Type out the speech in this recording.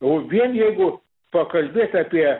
o vien jeigu pakalbėt apie